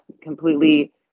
completely